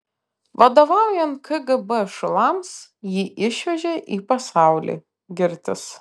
vadovaujant kgb šulams jį išvežė į pasaulį girtis